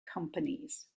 companies